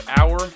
hour